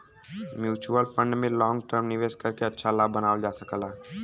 mutual fund में long term निवेश करके अच्छा लाभ बनावल जा सकला